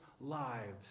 lives